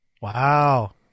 Wow